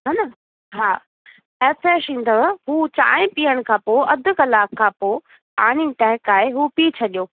हा न हा एफ्रेश ईंदव हू चांहि पीअण खां पोइ अधु कलाक खां पोइ पाणी टहकाए उहो पी छॾियो